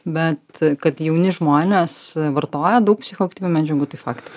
bet kad jauni žmonės vartoja daug psichoaktyvių medžiagų tai faktas